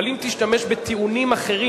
אבל אם תשתמש בטיעונים אחרים,